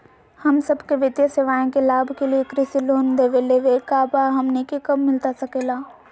हम सबके वित्तीय सेवाएं के लाभ के लिए कृषि लोन देवे लेवे का बा, हमनी के कब मिलता सके ला?